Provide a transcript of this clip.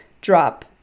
drop